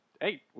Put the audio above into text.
hey